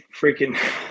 freaking